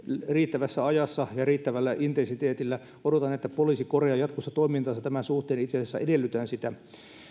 riittävässä ajassa ja riittävällä intensiteetillä odotan että poliisi korjaa jatkossa toimintaansa tämän suhteen itse asiassa edellytän sitä